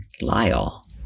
Lyle